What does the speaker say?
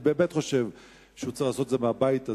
אני באמת חושב שהוא צריך לעשות את זה מהבית הזה,